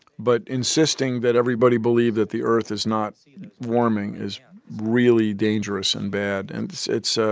but insisting that everybody believe that the earth is not warming is really dangerous and bad, and it's ah